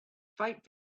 fight